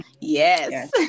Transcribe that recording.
Yes